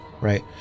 right